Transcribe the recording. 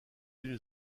d’une